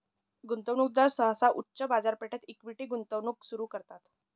गुंतवणूकदार सहसा उच्च बाजारपेठेत इक्विटी गुंतवणूक सुरू करतात